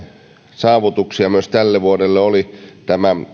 saavutuksia tälle vuodelle oli myös tämä